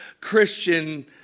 Christian